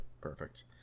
Perfect